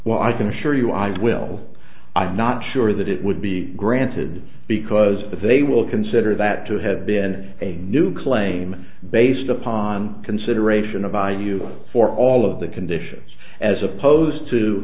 what i can assure you i will i'm not sure that it would be granted because but they will consider that to have been a new claim based upon consideration of value for all of the conditions as opposed to